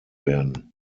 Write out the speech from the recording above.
werden